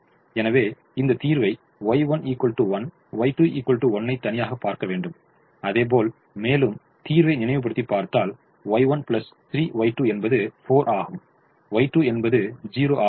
எனவே இந்த தீர்வை Y1 1 Y2 1 ஐ தனியாக பார்ப்போம் அதுபோல் மேலும் தீர்வை நினைவுப்படுத்தி பார்த்தல் Y1 3Y2 என்பது 4 ஆகும் Y3 என்பது 0 ஆகும்